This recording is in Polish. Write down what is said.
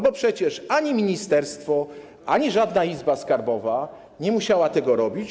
Bo przecież ani ministerstwo, ani żadna izba skarbowa nie musiały tego robić.